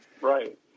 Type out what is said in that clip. right